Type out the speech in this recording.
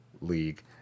League